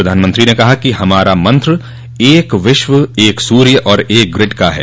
प्रधानमंत्री ने कहा कि हमारा मंत्र एक विश्व एक सूर्य और एक ग्रिड का है